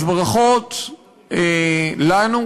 אז ברכות לנו,